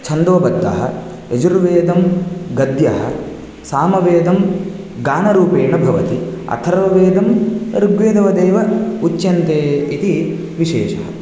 छन्दोबद्धः यजुर्वेदं गद्यः सामवेदं गानरूपेण भवति अथर्ववेदम् ऋग्वेदवदेव उच्यन्ते इति विशेषः